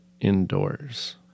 indoors